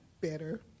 better